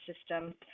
system